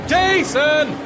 Jason